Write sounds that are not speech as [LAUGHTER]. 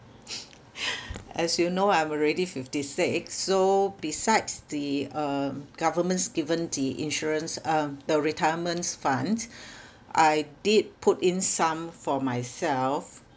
[NOISE] as you know I'm already fifty six so besides the um governments given the insurance um the retirements fund I did put in some for myself